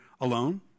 alone